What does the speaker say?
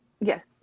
Yes